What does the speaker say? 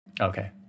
Okay